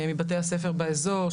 מבתי הספר באיזור,